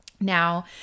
Now